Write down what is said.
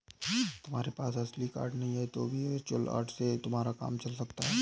तुम्हारे पास असली कार्ड नहीं है तो भी वर्चुअल कार्ड से तुम्हारा काम चल सकता है